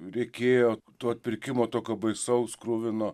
reikėjo to atpirkimo tokio baisaus kruvino